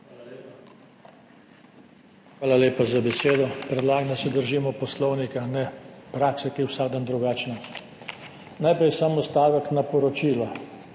Hvala lepa za besedo. Predlagam, da se držimo poslovnika, ne prakse, ki je vsak dan drugačna. Najprej samo stavek na poročilo.